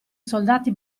soldati